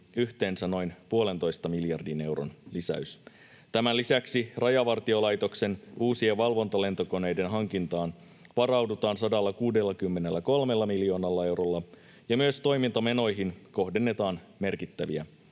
yhteensä noin puolentoista miljardin euron lisäys. Tämän lisäksi Rajavartiolaitoksen uusien valvontalentokoneiden hankintaan varaudutaan 163 miljoonalla eurolla ja myös toimintamenoihin kohdennetaan merkittäviä